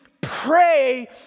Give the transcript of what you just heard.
pray